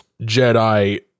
jedi